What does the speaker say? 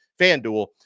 FanDuel